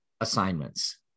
assignments